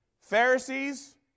Pharisees